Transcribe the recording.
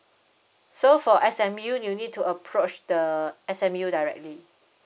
so for S_M_U you need to approach the S_M_U directly